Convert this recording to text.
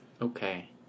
Okay